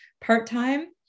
part-time